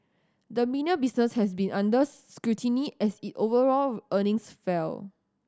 the media business has been under scrutiny as it overall earnings fell